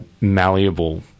malleable